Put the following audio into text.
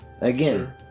Again